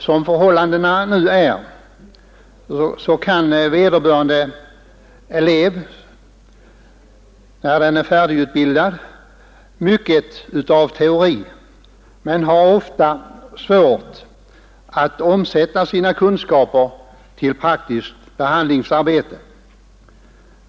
Som förhållandena nu är har vederbörande elev när han eller hon är Ss3 färdigutbildad lärt sig mycket teori men har ofta svårt att omsätta sina kunskaper i praktiskt behandlingsarbete.